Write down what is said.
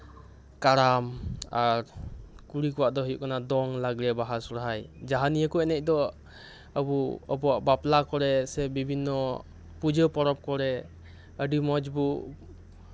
ᱠᱟᱨᱟᱢ ᱟᱨ ᱠᱩᱲᱤ ᱠᱚᱣᱟᱜ ᱫᱚ ᱦᱩᱭᱩᱜ ᱠᱟᱱᱟ ᱫᱚᱝ ᱞᱟᱜᱽᱲᱮ ᱵᱟᱦᱟ ᱥᱚᱨᱦᱟᱭ ᱡᱟᱦᱟᱸ ᱱᱤᱭᱟᱹ ᱠᱚ ᱮᱱᱮᱡ ᱫᱚ ᱟᱵᱚ ᱟᱵᱚᱣᱟᱜ ᱵᱟᱯᱞᱟ ᱠᱚᱨᱮᱜ ᱥᱮ ᱵᱤᱵᱷᱤᱱᱱᱚ ᱯᱩᱡᱟᱹ ᱯᱚᱨᱚᱵᱽ ᱠᱚᱨᱮ ᱟᱹᱰᱤ ᱢᱚᱸᱡ ᱵᱚ